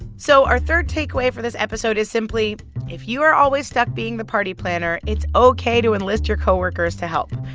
so our third takeaway for this episode is simply if you are always stuck being the party planner, it's ok to enlist your co-workers to help.